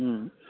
ಹ್ಞೂ